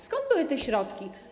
Skąd były te środki?